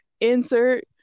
Insert